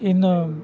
ಇನ್ನೂ